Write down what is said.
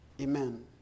Amen